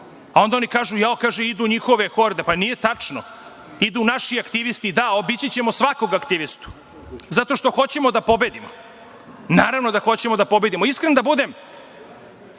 a onda oni kažu - idu njihove horde. Nije tačno idu naši aktivisti. Da, obići ćemo svakog aktivistu zato što hoćemo da pobedimo. Naravno, da hoćemo da pobedimo. Iskren da budem,